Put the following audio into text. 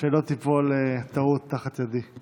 שלא תיפול טעות תחת ידי.